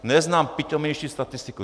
Neznám pitomější statistiku.